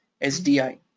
SDI